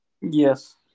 Yes